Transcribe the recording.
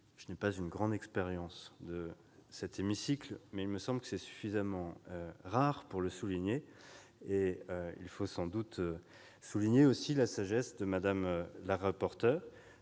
Je n'ai pas une grande expérience de cet hémicycle, mais je crois que c'est suffisamment rare pour le souligner. Il faut aussi souligner la sagesse de Mme la rapporteur,